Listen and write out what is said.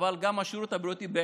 אבל בשירות בבריאותי,